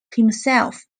himself